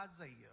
Isaiah